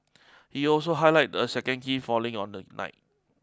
he also highlight a second key falling on the night